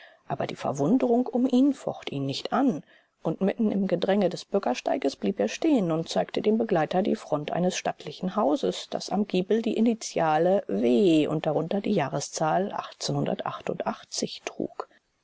aber die verwunderung um ihn focht ihn nicht an und mitten im gedränge des bürgersteiges blieb er stehen und zeigte dem begleiter die front eines stattlichen hauses das am giebel die initiale w und darunter die jahreszahl trug